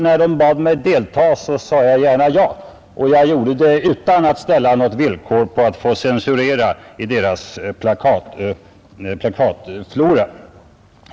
När de bad mig delta, svarade jag också med glädje ja — och jag gjorde det utan att ställa några villkor om att få censurera i deras plakatflora.